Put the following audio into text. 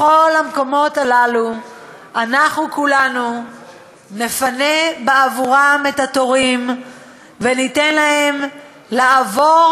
בכל המקומות הללו אנחנו כולנו נפנה בעבורם את התורים וניתן להם לעבור,